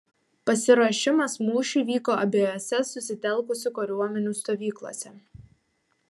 pasiruošimas mūšiui vyko abiejose susitelkusių kariuomenių stovyklose